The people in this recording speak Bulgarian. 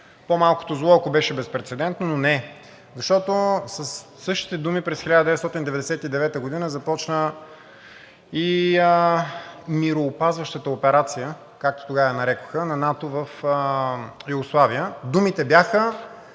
по-малкото зло, ако беше безпрецедентно, но не е, защото със същите думи през 1999 г. започна и мироопазващата операция, както тогава я нарекоха, на НАТО в Югославия. Думите бяха: